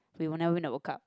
we will never win the World Cup